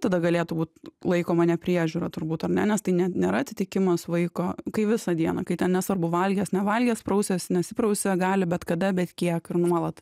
tada galėtų būt laikoma nepriežiūra turbūt ar ne nes tai ne nėra atitikimas vaiko kai visą dieną kai ten nesvarbu valgęs nevalgęs prausiasi nesiprausia gali bet kada bet kiek ir nuolat